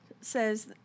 says